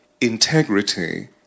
integrity